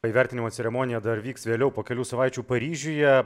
o įvertinimo ceremonija dar vyks vėliau po kelių savaičių paryžiuje